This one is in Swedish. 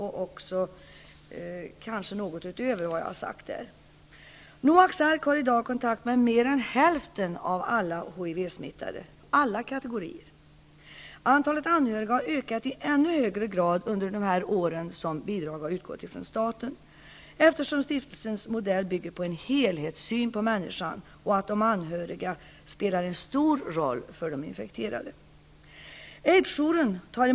Noaks Ark har i dag kontakt med mer än hälften av alla HIV smittade, alla kategorier. Antalet anhöriga har ökat i ännu högre grad under de år som bidrag har utgått ifrån staten, eftersom stiftelsens modell bygger på en helhetssyn på människan och på att de anhöriga spelar stor roll för de infekterade.